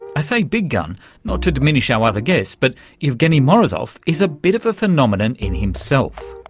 i say big gun not to diminish our other guests, but yeah evgeny morozov is a bit of a phenomenon in himself.